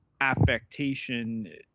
affectation